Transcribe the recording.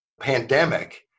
pandemic